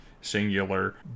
singular